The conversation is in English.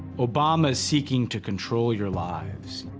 obama is seeking to control your lives.